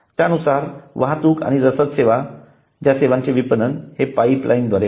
त्यानंतर वाहतूक आणि रसद सेवा ज्या सेवांचे विपणन हे पाइपलाइन द्वारे होते